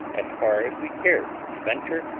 as far as we cared to venture,